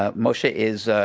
um moshe is a,